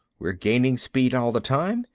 we're gaining speed all the time.